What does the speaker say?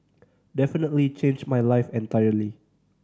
definitely changed my life entirely